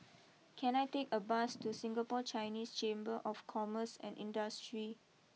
can I take a bus to Singapore Chinese Chamber of Commerce and Industry